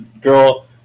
Girl